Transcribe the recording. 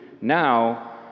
now